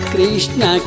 Krishna